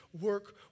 work